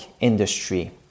industry